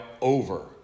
over